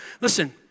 listen